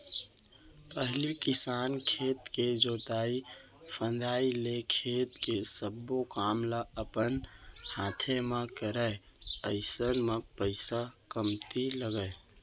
पहिली किसान खेत के जोतई फंदई लेके खेत के सब्बो काम ल अपन हाते म करय अइसन म पइसा कमती लगय